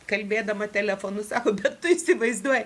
kalbėdama telefonu sako bet tu įsivaizduoji